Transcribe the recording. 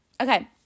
Okay